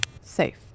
Safe